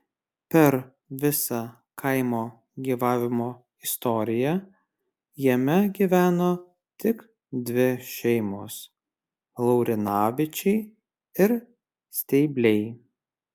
per visą kaimo gyvavimo istoriją jame gyveno tik dvi šeimos laurinavičiai ir steibliai